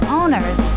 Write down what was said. owners